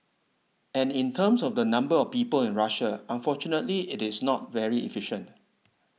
and in terms of the number of people in Russia unfortunately it is not very efficient